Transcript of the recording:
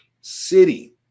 City